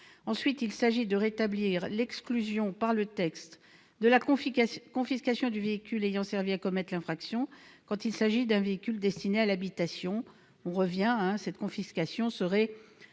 vise également à rétablir l'exclusion de la confiscation du véhicule ayant servi à commettre l'infraction quand il s'agit d'un véhicule destiné à l'habitation, car cette confiscation serait